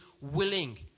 willing